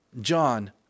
John